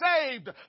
saved